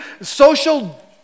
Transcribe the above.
social